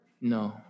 No